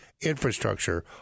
infrastructure